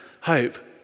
hope